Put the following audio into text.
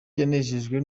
yanejejwe